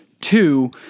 Two